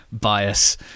bias